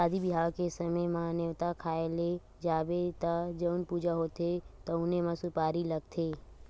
सादी बिहाव के समे म, नेवता खाए ल जाबे त जउन पूजा होथे तउनो म सुपारी लागथे